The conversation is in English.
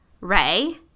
Ray